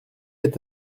est